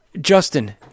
Justin